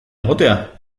egotea